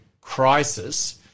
crisis